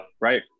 right